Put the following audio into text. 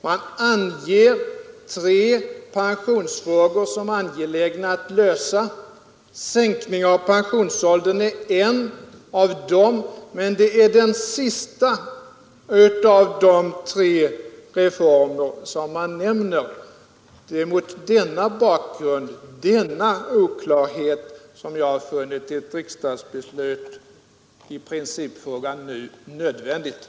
Man anger tre pensionsfrågor som angelägna att lösa. Sänkning av pensionsåldern är en av dem, men det är den sista av de tre reformer som man nämner. Det är mot bakgrund av denna oklarhet som jag funnit ett riksdagsbeslut i principfrågan nödvändigt nu.